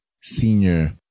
senior